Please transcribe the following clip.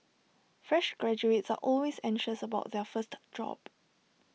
fresh graduates are always anxious about their first job